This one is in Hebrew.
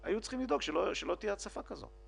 היו צריכים לדאוג שלא תהיה הצפה כזאת.